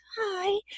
hi